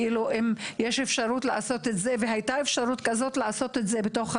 כאילו הייתה אפשרות לעשות את זה בתוך הרשויות.